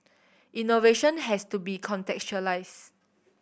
innovation has to be contextualised